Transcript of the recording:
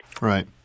Right